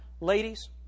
Ladies